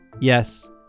Yes